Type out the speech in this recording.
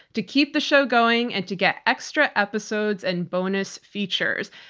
to keep the show going and to get extra episodes and bonus features.